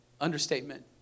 Understatement